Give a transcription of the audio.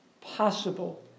possible